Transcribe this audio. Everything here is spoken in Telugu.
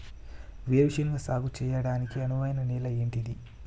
వేరు శనగ సాగు చేయడానికి అనువైన నేల ఏంటిది?